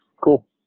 Cool